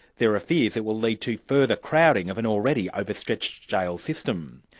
there are fears it will lead to further crowding of an already overstretched jail system.